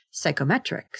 psychometrics